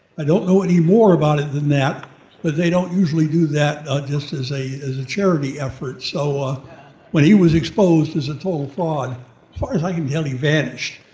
i don't know any more about it than that, but they don't usually do that ah just as a as a charity effort. so ah when he was exposed as a total fraud, as far as i can tell he vanished.